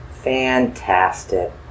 Fantastic